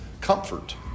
comfort